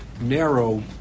narrow